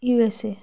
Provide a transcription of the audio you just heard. USA